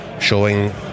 showing